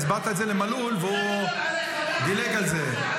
הסברת את זה למלול, והוא דילג על זה.